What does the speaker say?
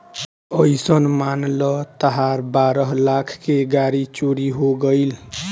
अइसन मान ल तहार बारह लाख के गाड़ी चोरी हो गइल